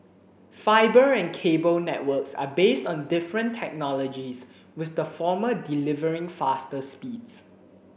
fibre and cable networks are based on different technologies with the former delivering faster speeds